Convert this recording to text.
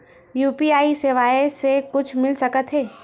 UPI सेवाएं से कुछु मिल सकत हे?